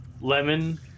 Lemon